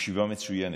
ישיבה מצוינת,